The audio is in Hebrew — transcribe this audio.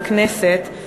בכנסת,